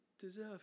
deserve